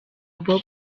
bob